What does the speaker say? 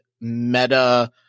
meta